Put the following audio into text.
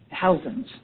thousands